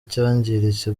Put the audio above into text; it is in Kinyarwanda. cyangiritse